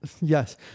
Yes